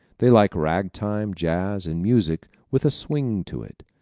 they like ragtime, jazz and music with a swing to it.